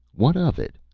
what of it?